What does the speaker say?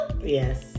Yes